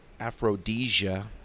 Aphrodisia